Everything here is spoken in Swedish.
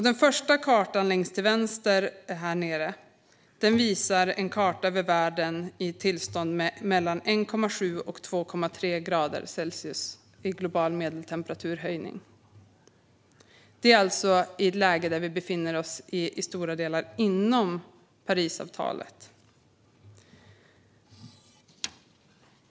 Den första kartan längst till vänster visar världen i ett tillstånd med mellan 1,7 och 2,3 grader Celsius i global medeltemperaturhöjning. Det är alltså i ett läge där vi i stora delar befinner oss inom Parisavtalet.